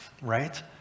right